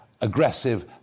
aggressive